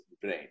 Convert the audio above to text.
brain